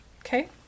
Okay